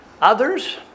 others